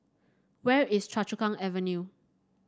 where is Choa Chu Kang Avenue